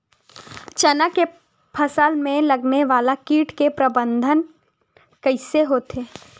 चना के फसल में लगने वाला कीट के प्रबंधन कइसे होथे?